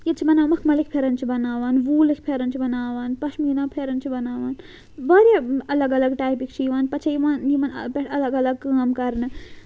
ییٚتہِ چھِ بَناوان مَخمَلٕکھۍ پھٮ۪رَن چھِ بَناوان ووٗلٕکۍ پھٮ۪رَن چھِ بَناوان پَشمیٖنا پھٮ۪رَن چھِ بَناوان واریاہ اَلگ اَلگ ٹایپٕک چھِ یِوان پَتہٕ چھِ یِوان یِمن پٮ۪ٹھ اَلگ اَلگ کٲم کرنہٕ